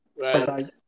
Right